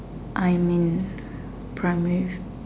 I'm in primary